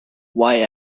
why